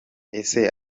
ese